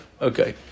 Okay